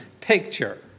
picture